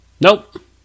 nope